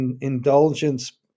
indulgence